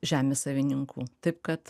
žemės savininkų taip kad